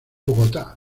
bogotá